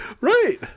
Right